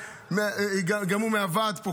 גם הוא מהוועד פה,